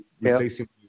replacing